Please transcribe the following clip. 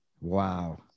Wow